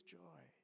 joy